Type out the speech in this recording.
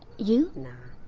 you? nah.